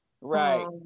right